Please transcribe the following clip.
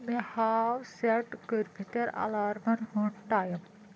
مے ہاو سیٹ کٔرمِتین الارامن ہُند ٹایم